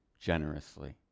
generously